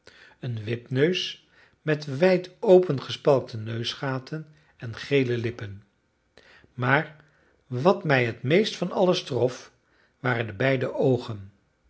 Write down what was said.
een wipneus met wijd opengespalkte neusgaten en gele lippen maar wat mij het meest van alles trof waren de beide oogen